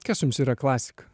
kas jums yra klasika